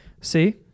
see